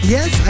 Yes